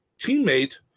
teammate